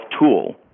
tool